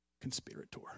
conspirator